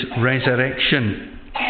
resurrection